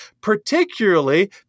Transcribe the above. particularly